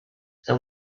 than